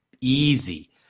easy